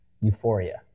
euphoria